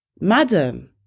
Madam